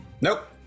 Nope